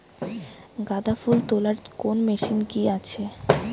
গাঁদাফুল তোলার কোন মেশিন কি আছে?